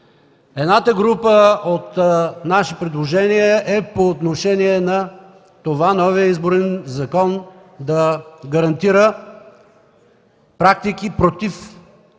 Едната група от наши предложения е по отношение на това новият Изборен закон да гарантира практики против